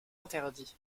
interdits